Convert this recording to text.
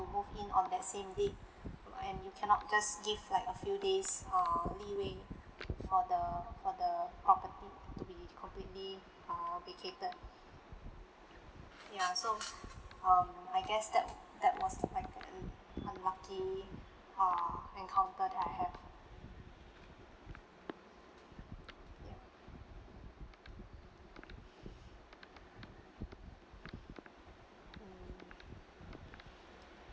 to move in on that same date and you cannot just give like a few days uh leeway for the for the property to be completely uh vacated ya so um I guess that that was like a unlucky uh encounter that I have ya